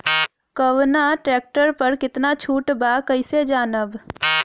कवना ट्रेक्टर पर कितना छूट बा कैसे जानब?